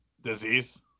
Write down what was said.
disease